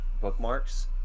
bookmarks